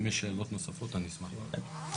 אם יש שאלות נוספות אני אשמח לענות.